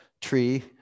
Tree